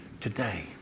Today